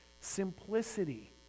simplicity